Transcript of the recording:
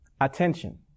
attention